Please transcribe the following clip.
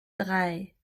drei